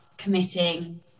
committing